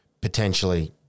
potentially